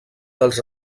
dels